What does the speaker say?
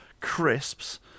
crisps